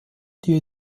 die